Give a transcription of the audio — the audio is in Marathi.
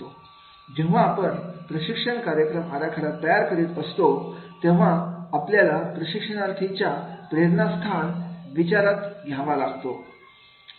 जेव्हा आपण प्रशिक्षण कार्यक्रम आराखडा तयार करत असतो तेव्हा आपल्याला प्रशिक्षणार्थींच्या प्रेरणास्थान विचारात घ्यावा लागतो